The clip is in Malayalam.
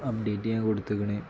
അപ്ഡേറ്റ് ഞാൻ കൊടുത്തേക്കണത്